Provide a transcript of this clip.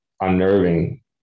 unnerving